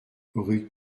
rue